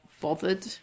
bothered